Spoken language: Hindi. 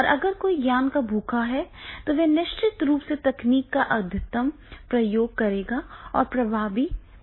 और अगर कोई ज्ञान का भूखा है तो वह निश्चित रूप से तकनीक का अधिकतम उपयोग करेगा और प्रभावी प्रदर्शन करेगा